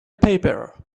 paper